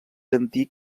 antic